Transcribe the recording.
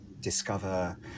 discover